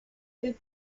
did